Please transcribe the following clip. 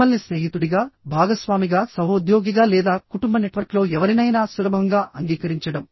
మిమ్మల్ని స్నేహితుడిగా భాగస్వామిగా సహోద్యోగిగా లేదా కుటుంబ నెట్వర్క్లో ఎవరినైనా సులభంగా అంగీకరించడం